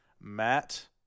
Matt